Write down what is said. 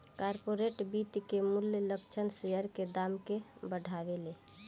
corporate वित्त के मूल्य लक्ष्य शेयर के दाम के बढ़ावेले